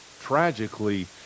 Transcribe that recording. tragically